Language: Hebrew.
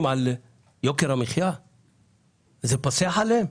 יוקר המחיה פוסח עליהם?